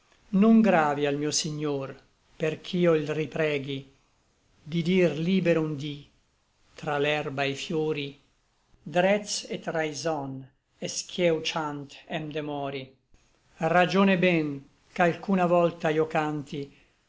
non gravi al mio signor perch'io il ripreghi di dir libero un dí tra l'erba e i fiori drez et rayson es qu'ieu ciant e m demori ragione è ben ch'alcuna volta io canti